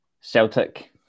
Celtic